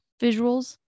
visuals